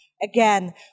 again